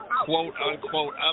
quote-unquote